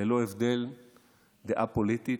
ללא הבדל דעה פוליטית,